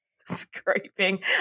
scraping